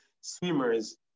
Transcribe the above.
swimmers